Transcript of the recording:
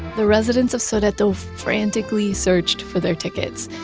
the residents of sodeto frantically searched for their tickets.